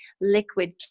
liquid